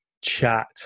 chat